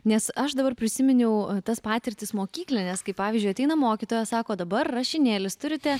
nes aš dabar prisiminiau tas patirtis mokyklines kai pavyzdžiui ateina mokytoja sako dabar rašinėlis turite